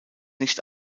nicht